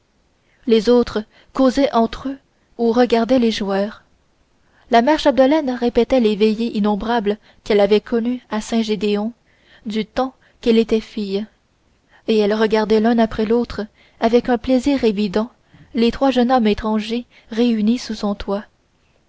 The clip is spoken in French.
les autres causaient entre eux ou regardaient les joueurs la mère chapdelaine répétait les veillées innombrables qu'elle avait connues à saint gédéon du temps qu'elle était fille et elle regardait l'un après l'autre avec un plaisir évident les trois jeunes hommes étrangers réunis sous son toit